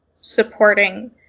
supporting